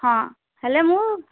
ହଁ ହେଲେ ମୁଁ